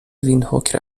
ویندهوک